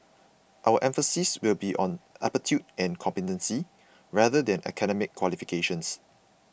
our emphasis will be on aptitude and competency rather than academic qualifications